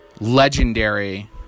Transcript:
legendary